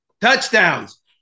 Touchdowns